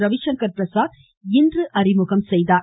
ரவிசங்கர் பிரசாத் இன்று அறிமுகம் செய்தார்